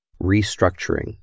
restructuring